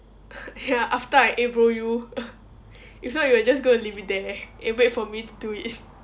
ya after I eh bro you if not you were just going to leave it there and wait for me to do it